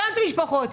הקמתם משפחות,